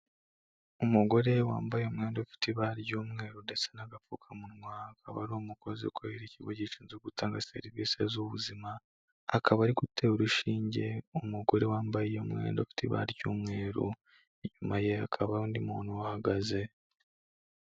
Umugore wambaye umwenda ufite ibara ry'umweru ndetse n'agapfukamunwa, akaba ari umukozi ukorera ikigo gishinzwe gutanga serivisi z'ubuzima, akaba ari gutera urushinge umugore wambaye umwenda ufite ibara ry'umweru, inyuma ye hakaba undi muntu uhagaze.